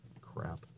crap